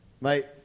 mate